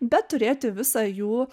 bet turėti visą jų